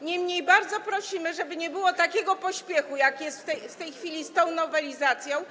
Niemniej bardzo prosimy, żeby nie było takiego pośpiechu, jaki jest w tej chwili z tą nowelizacją.